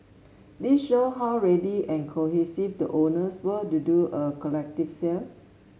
this show how ready and cohesive the owners were to do a collective sale